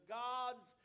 gods